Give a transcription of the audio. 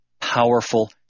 powerful